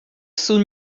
sun